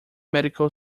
medical